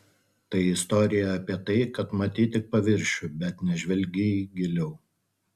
tai istorija apie tai kad matei tik paviršių bet nežvelgei giliau